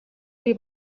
бий